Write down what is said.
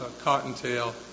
cottontail